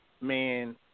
man